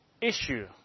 issue